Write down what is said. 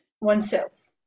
oneself